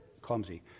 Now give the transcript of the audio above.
clumsy